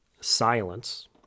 silence